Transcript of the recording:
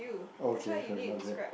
oh okay sorry my bad